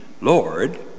Lord